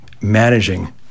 managing